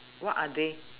what are they